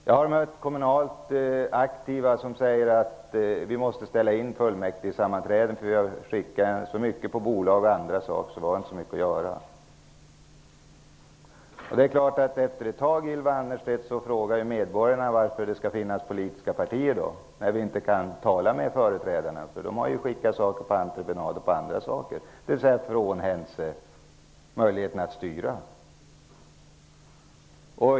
Jag har mött kommunalt aktiva som säger att de måste ställa in fullmäktigesammanträden därför att de har skickat i väg så mycket på bolag att de inte har så mycket att göra. Det är klart, Ylva Annerstedt, att medborgarna efter ett tag frågar varför det skall finnas politiska partier när man inte kan tala med företrädarna. De har ju skickat saker på entreprenad, dvs. frånhänt sig möjligheten att styra.